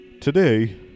today